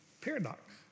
paradox